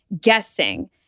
guessing